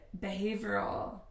behavioral